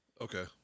Okay